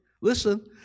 listen